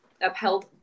upheld